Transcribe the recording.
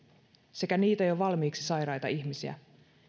sekä niitä jo valmiiksi sairaita ihmisiä